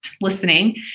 listening